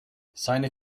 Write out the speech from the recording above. seine